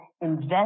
Invest